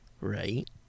Right